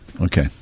Okay